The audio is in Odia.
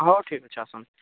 ହେଉ ଠିକ୍ଅଛି ଆସନ୍ତୁ